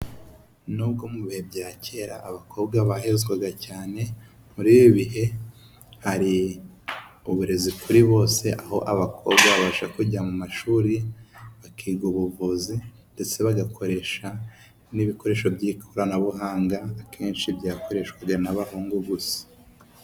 Nubwo mu bihe bya kera abakobwa bahezwaga cyane, muri ibi bihe hari uburezi kuri bose aho abakobwa babasha kujya mu mashuri bakiga ubuvuzi, ndetse bagakoresha n'ibikoresho by'ikoranabuhanga akenshi byakoreshwajwe n'abahungu gusa.